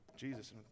Jesus